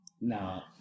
No